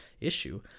issue